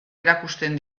erakusten